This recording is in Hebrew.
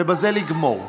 ובזה לגמור.